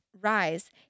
rise